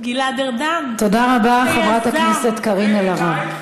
אבל אמרתי לך את זה, אמרתי לך את זה.